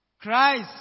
Christ